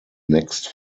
next